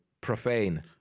profane